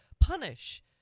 punish